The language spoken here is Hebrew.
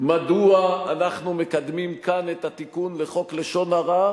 מדוע אנחנו מקדמים כאן את התיקון לחוק לשון הרע,